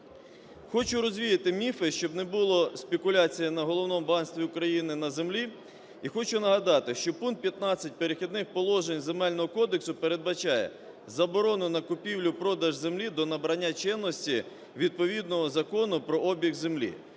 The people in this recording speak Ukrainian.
Хочу розвіяти міфи, щоб не було спекуляцій на головному багатстві України – на землі, і хочу нагадати, що пункт 15 "Перехідних положень" Земельного кодексу передбачає заборону на купівлю і продаж землі до набрання чинності відповідного Закону про обіг землі,